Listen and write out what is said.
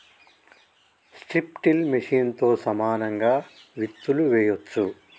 strip till మెషిన్తో సమానంగా విత్తులు వేయొచ్చు